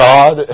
God